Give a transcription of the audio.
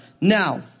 Now